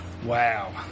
Wow